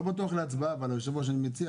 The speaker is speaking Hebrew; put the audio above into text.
לא בטוח להצבעה, היושב ראש.